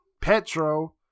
Petro